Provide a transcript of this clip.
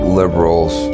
liberals